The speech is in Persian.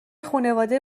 خونواده